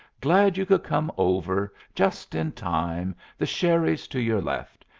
glad you could come over. just in time. the sherry's to your left.